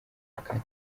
kane